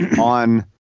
on